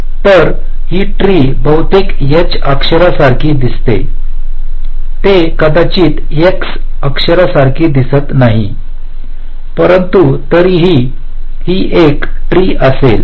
तर ही ट्री बहुतेक H अक्षरा सारखे दिसते ते कदाचित X अक्षरा सारखे दिसत नाही परंतु तरीही ही एक ट्री असेल